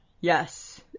Yes